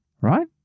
right